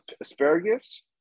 asparagus